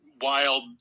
wild